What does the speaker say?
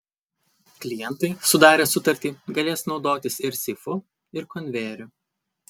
klientai sudarę sutartį galės naudotis ir seifu ir konvejeriu